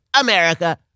America